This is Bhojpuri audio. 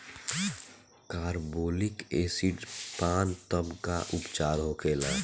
कारबोलिक एसिड पान तब का उपचार होखेला?